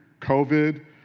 COVID